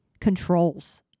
controls